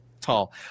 tall